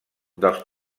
dels